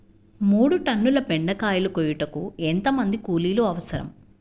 మూడు టన్నుల బెండకాయలు కోయుటకు ఎంత మంది కూలీలు అవసరం?